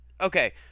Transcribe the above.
okay